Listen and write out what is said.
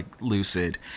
lucid